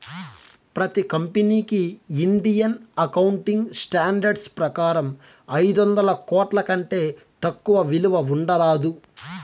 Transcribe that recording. ప్రతి కంపెనీకి Indian accounting standards ప్రకారం ఐదొందల కోట్ల కంటే తక్కువ విలువ ఉండరాదు